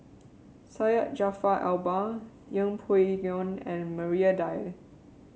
Syed Jaafar Albar Yeng Pway Ngon and Maria Dyer